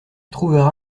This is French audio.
trouveras